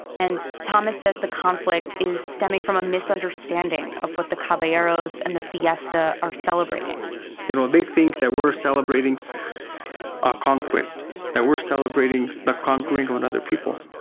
and thomas says the conflict is stemming from a misunderstanding of what the caballeros and the fiesta are celebrating you know, they think that we're celebrating a conquest that we're celebrating the conquering of another people,